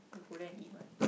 who go there and eat one